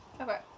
Okay